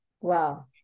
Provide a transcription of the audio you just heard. wow